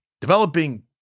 developing